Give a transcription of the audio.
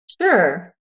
Sure